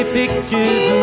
pictures